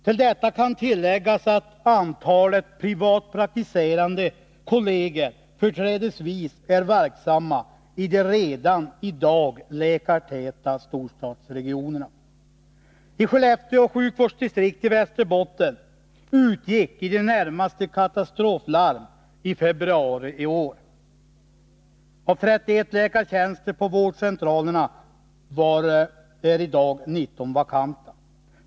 Till detta kan läggas att antalet privatpraktiserande kolleger företrädesvis är verksamma i de redan i dag läkartäta storstadsregionerna. I Skellefteå sjukvårdsdistrikt i Västerbotten gick vad som i det närmaste kan betraktas som katastroflarm i februari i år. Av 31 läkartjänster på vårdcentralerna är 19 tjänster vakanta i dag.